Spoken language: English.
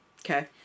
Okay